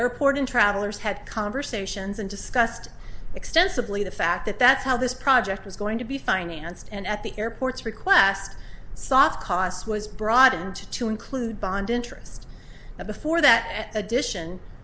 airport in travelers had conversations and discussed extensively the fact that that's how this project was going to be financed and at the airports request soft costs was broadened to include bond interest but before that addition